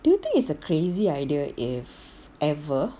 do you think it's a crazy idea if ever